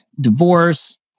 divorce